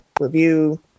review